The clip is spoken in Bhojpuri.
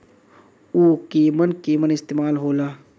उव केमन केमन इस्तेमाल हो ला?